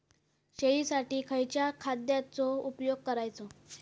शेळीसाठी खयच्या खाद्यांचो उपयोग करायचो?